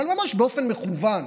אבל ממש באופן מכוון,